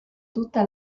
tutta